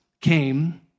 came